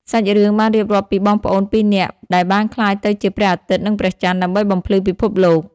សាច់រឿងបានរៀបរាប់ពីបងប្អូនពីរនាក់ដែលបានក្លាយទៅជាព្រះអាទិត្យនិងព្រះចន្ទ ដើម្បីបំភ្លឺពិភពលោក។